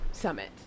summit